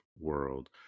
world